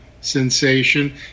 sensation